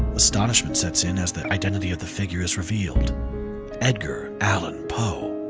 astonishment sets in as the identity of the figure is revealed edgar allan poe.